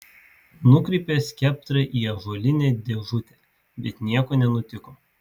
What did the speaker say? nukreipė skeptrą į ąžuolinę dėžutę bet nieko nenutiko